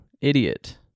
idiot